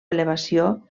elevació